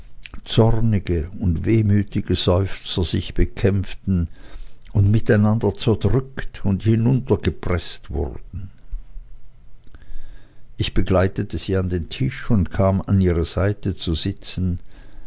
zornige und wehmütige seufzer sich bekämpften und miteinander zerdrückt und hinuntergepreßt wurden ich begleitete sie an den tisch und kam an ihre seite zu sitzen